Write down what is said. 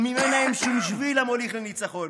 וממנה אין שום שביל המוליך לניצחון.